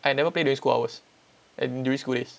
I never play during school hours and during school days